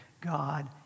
God